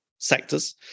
sectors